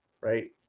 right